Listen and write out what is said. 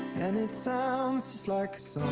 and it sounds like so